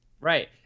Right